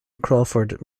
crawford